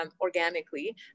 organically